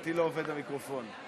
לדעתי המיקרופון לא עובד.